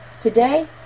today